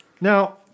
Now